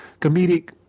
comedic